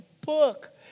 book